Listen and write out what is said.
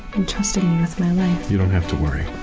and trusting you with my life. you don't have to worry.